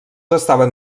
estaven